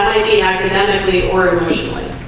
academically or emotionally